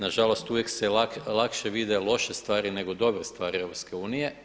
Nažalost, uvijek se lakše vide loše stvari nego dobre stvari EU.